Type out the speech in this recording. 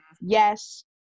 yes